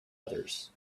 others